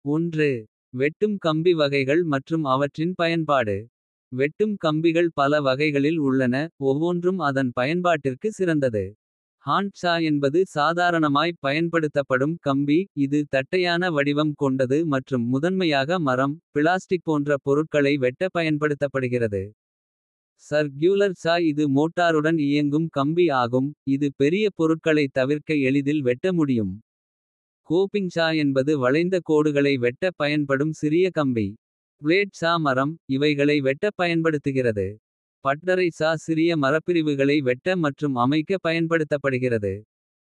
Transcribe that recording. வெட்டும் கம்பி வகைகள் மற்றும் அவற்றின் பயன்பாடு. வெட்டும் கம்பிகள் பல வகைகளில் உள்ளன. ஒவ்வொன்றும் அதன் பயன்பாட்டிற்கு சிறந்தது. ஹாண்ட் சா என்பது சாதாரணமாய் பயன்படுத்தப்படும் கம்பி. இது தட்டையான வடிவம் கொண்டது மற்றும். முதன்மையாக மரம் பிளாஸ்டிக் போன்ற பொருட்களை. வெட்ட பயன்படுத்தப்படுகிறது சர்*க்யூலர் சா இது. மோட்டாருடன் இயங்கும் கம்பி ஆகும் இது பெரிய. பொருட்களைத் தவிர்க்க எளிதில் வெட்ட முடியும். கோபிங் சா என்பது வளைந்த கோடுகளை வெட்ட. பயன்படும் சிறிய கம்பி பிளேட் சா மரம். இவைகளை வெட்டப் பயன்படுத்துகிறது. பட்டறை சா சிறிய மரப்பிரிவுகளை வெட்ட மற்றும். அமைக்க பயன்படுத்தப்படுகிறது.